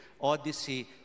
Odyssey